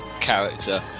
character